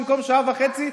במקום שעה וחצי,